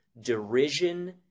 derision